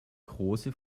große